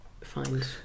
find